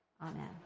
Amen